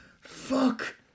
Fuck